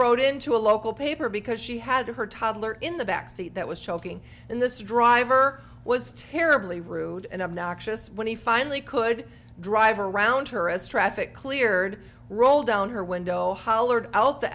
rote in to a local paper because she had her toddler in the back seat that was choking and this driver was terribly rude and obnoxious when he finally could drive around her as traffic cleared rolled down her window hollered out the